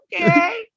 okay